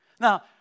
Now